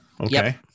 Okay